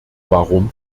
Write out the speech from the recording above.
warum